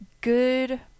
good